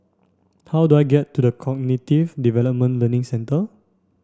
how do I get to the Cognitive Development Learning Centre